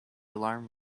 alarm